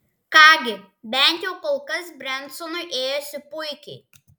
ką gi bent jau kol kas brensonui ėjosi puikiai